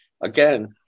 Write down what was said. again